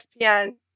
ESPN